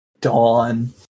dawn